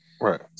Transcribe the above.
Right